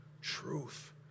truth